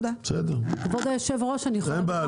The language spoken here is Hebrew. כבוד היושב-ראש, אני יכולה לומר משהו?